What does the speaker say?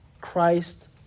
Christ